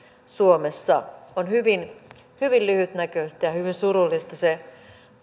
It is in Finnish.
suomessa on hyvin hyvin lyhytnäköistä ja hyvin surullista se